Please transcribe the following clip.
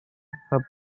her